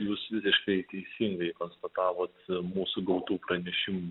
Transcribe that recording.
jūs visiškai teisingai konstatavot mūsų gautų pranešimų